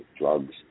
drugs